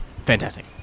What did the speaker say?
Fantastic